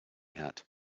hat